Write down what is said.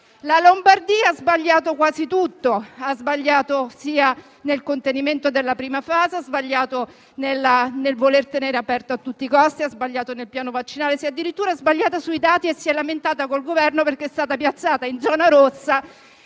Lombardia ha sbagliato quasi tutto: ha sbagliato sia nel contenimento della prima fase; ha sbagliato nel voler tenere aperto a tutti i costi; ha sbagliato il piano vaccinale; si è addirittura sbagliata sui dati e si è lamentata col Governo perché è stata piazzata in zona rossa